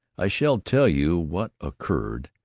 i shall tell you what occurred,